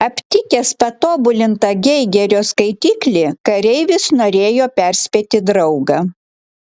aptikęs patobulintą geigerio skaitiklį kareivis norėjo perspėti draugą